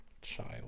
child